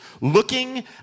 looking